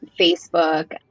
Facebook